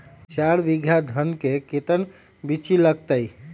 चार बीघा में धन के कर्टन बिच्ची लगतै?